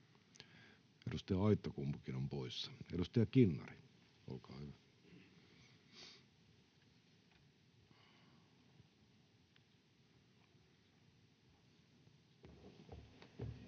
Edustaja Aittakumpukin on poissa. — Edustaja Kinnari, olkaa hyvä.